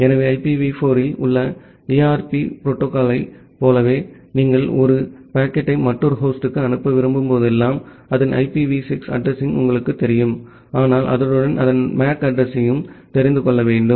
எனவே ஐபிவி 4 இல் உள்ள ஏஆர்பி புரோட்டோகால்யைப் போலவே நீங்கள் ஒரு பாக்கெட்டை மற்றொரு ஹோஸ்டுக்கு அனுப்ப விரும்பும் போதெல்லாம் அதன் ஐபிவி 6 அட்ரஸிங் உங்களுக்குத் தெரியும் ஆனால் அதனுடன் அதன் MAC அட்ரஸிங்யையும் தெரிந்து கொள்ள வேண்டும்